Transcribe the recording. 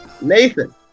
Nathan